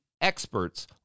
experts